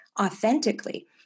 authentically